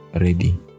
ready